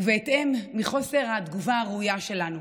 ובהתאם, מחוסר התגובה הראויה שלנו.